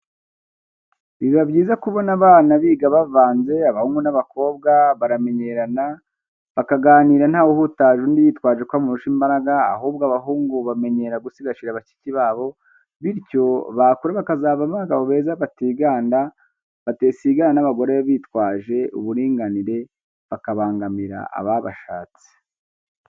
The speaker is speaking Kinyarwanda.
Biba byiza kubona abana biga bavanze abahungu n'abakobwa, baramenyerana, bakaganira ntawe uhutaje undi yitwaje ko amurusha imbaraga, ahubwo abahungu bamenyera gusigasira bashiki babo, bityo bakura bakazavamo abagabo beza batiganda, badasigana n'abagore bitwaza uburinganire bakabangamira ababashatse.